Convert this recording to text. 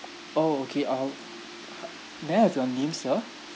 orh okay uh may I have your name sir